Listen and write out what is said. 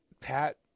Pat